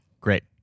Great